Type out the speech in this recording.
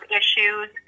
issues